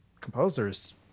composers